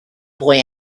boy